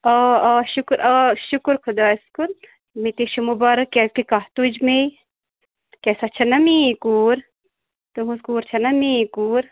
آ آ شکر آ شکر خۄدایَس کُن مےٚ تے چھُ مُبارک کیٛازِ کہِ کَتھ تُج میٚے کیٛاہ سۄ چھَ نا میٛٲنۍ کوٗر تہنٛز کوٗر چھَ نا میٛٲنۍ کوٗر